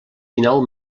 dinou